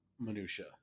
minutia